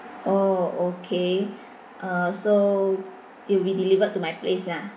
oh okay uh so it will be delivered to my place lah